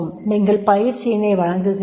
நீங்கள் பயிற்சியினை வழங்குகிறீர்கள்